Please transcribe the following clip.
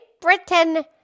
Britain